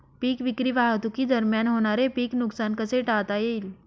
पीक विक्री वाहतुकीदरम्यान होणारे पीक नुकसान कसे टाळता येईल?